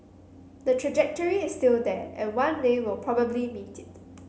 the trajectory is still there and one day we'll probably meet it